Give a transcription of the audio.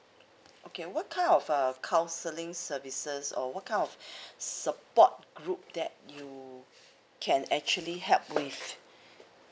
okay what kind of uh counselling services or what kind of support group that you can actually help with